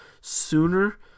sooner